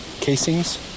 casings